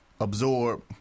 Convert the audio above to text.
absorb